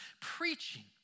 preaching